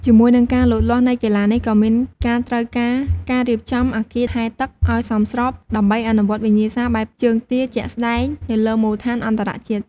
ជាមួយនឹងការលូតលាស់នៃកីឡានេះ ក៏មានការត្រូវការការរៀបចំអគារហែលទឹកឲ្យសមស្រប ដើម្បីអនុវត្តវិញ្ញាសាបែបជើងទាជាក់ស្តែងនៅលើមូលដ្ឋានអន្តរជាតិ។